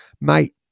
Mate